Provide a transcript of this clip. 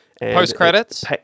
Post-credits